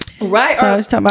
Right